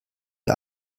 wie